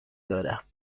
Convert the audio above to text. دارم